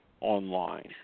online